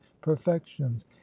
perfections